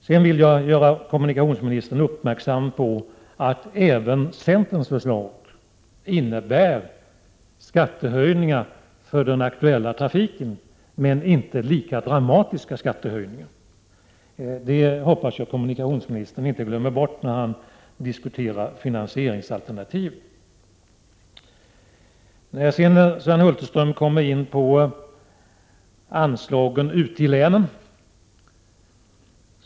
Sedan vill jag göra kommunikationsministern uppmärksam på att även centerns förslag innebär skattehöjningar för den aktuella trafiken men inte lika dramatiska skattehöjningar. Det hoppas jag att kommunikationsministern inte glömmer bort när han diskuterar finansieringsalternativ. Sven Hulterström kom sedan in på anslagen ute i länen.